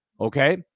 okay